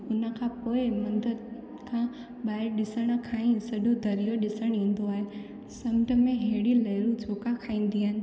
हिन खां पोइ मंदर खां ॿाहिरि ॾिसण खां ई सॼो दरियो ॾिसण ईंदो आहे समुंड में अहिड़ो लहिरियों झोखा खाईंदियूं आहिनि